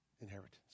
inheritance